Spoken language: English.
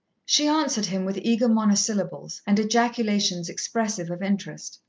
she answered him with eager monosyllables and ejaculations expressive of interest.